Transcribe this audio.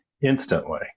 instantly